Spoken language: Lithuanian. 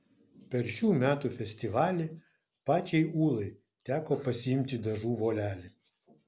per šių metų festivalį pačiai ūlai teko pasiimti dažų volelį